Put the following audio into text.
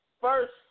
first